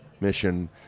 mission